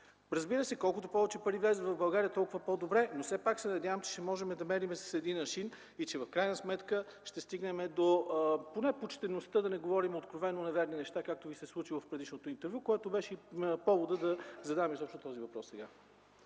Разбира се, колкото повече пари влязат в България, толкова по-добре, но все пак се надявам, че ще можем да мерим с един аршин и, че в крайна сметка, ще стигнем поне до почтеността да не говорим откровено неверни неща, както Ви се случи в предишното интервю, което беше и повода да задам изобщо този въпрос сега.